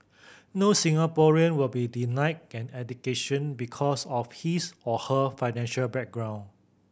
no Singaporean will be denied an education because of his or her financial background